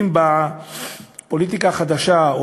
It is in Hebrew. אם בפוליטיקה החדשה,